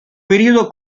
periodo